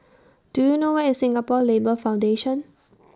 Do YOU know Where IS Singapore Labour Foundation